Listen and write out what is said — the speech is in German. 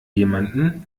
jemanden